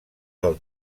del